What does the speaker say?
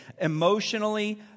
emotionally